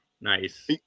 nice